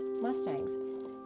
Mustangs